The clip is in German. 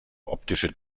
optische